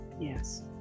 Yes